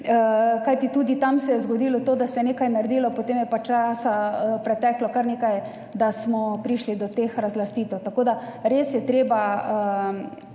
kajti tudi tam se je zgodilo to, da se je nekaj naredilo, potem je pa preteklo kar nekaj časa, da smo prišli do teh razlastitev. Tako da res je treba